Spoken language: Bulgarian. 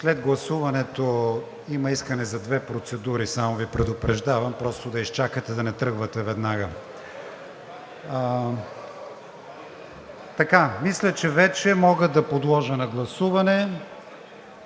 След гласуването има искане за две процедури, само Ви предупреждавам просто да изчакате, да не тръгвате веднага. Мисля, че вече мога да подложа на гласуване